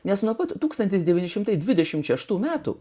nes nuo pat tūkstantis devyni šimtai šeštų metų